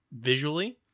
visually